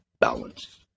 balance